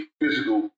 physical